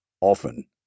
Often